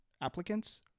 applicants